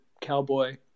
Cowboy